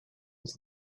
into